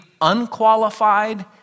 unqualified